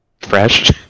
fresh